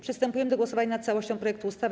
Przystępujemy do głosowania nad całością projektu ustawy.